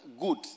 good